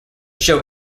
show